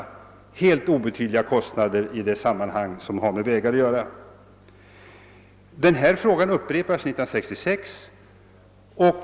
Det är helt obetydliga kostnader i vägsammanhanget. Frågan återkom 1966.